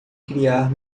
criar